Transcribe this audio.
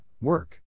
work